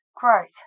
Great